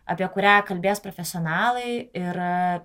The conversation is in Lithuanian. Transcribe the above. apie kurią kalbės profesionalai ir